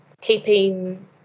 keeping